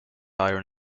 iron